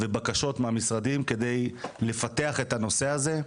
ובקשות מהמשרדים כדי לפתח את הנושא הזה,